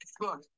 Look